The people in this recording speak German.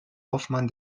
hoffmann